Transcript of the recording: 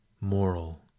moral